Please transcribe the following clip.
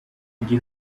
gihe